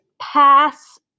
pass